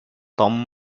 tom